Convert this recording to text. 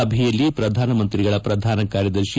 ಸಭೆಯಲ್ಲಿ ಪ್ರಧಾನಮಂತ್ರಿಗಳ ಪ್ರಧಾನ ಕಾರ್ಯದರ್ಶಿ